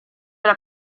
era